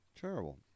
Terrible